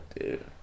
dude